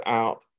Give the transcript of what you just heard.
out